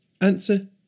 Answer